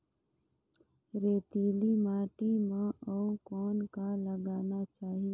रेतीली माटी म अउ कौन का लगाना चाही?